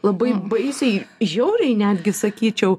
labai baisiai žiauriai netgi sakyčiau